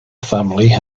family